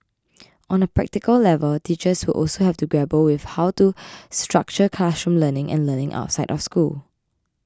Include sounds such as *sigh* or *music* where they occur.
on a practical level teachers will also have to grapple with how to *noise* structure classroom learning and learning outside of school